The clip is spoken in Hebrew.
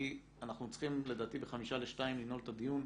כי אנחנו צריכים לדעתי ב-13:55 לנעול את הדיון,